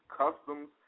customs